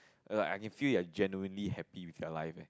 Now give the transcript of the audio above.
like I can feel they are generally happy with their life eh